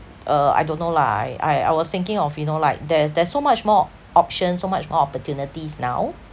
uh I don't know lah I I I was thinking of you know like there's there's so much more options so much more opportunities now